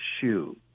shoe